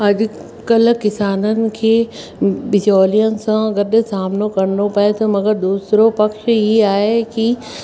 अॼुकल्ह किसाननि खे बिचोलिअनि सां गॾु सामनो करिणो पिए थो मगर दुसरो पक्ष ही आहे कि